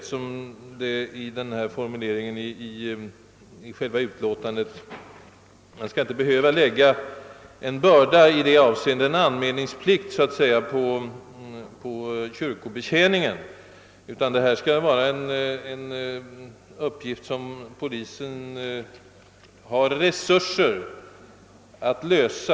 Man skall inte på det sätt som antyds i utskottets formulering behöva lägga en börda i antydda avseende — något slags anmälningsskyldighet — på kyrkobetjäningen, utan bevakningen skall vara en uppgift, som polisen har resurser att lösa.